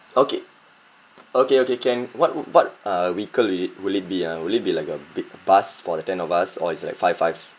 okay okay okay can what what uh vehicle would it would it be ah would it be like a big bus for the ten of us or it's like five five